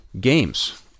games